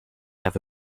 have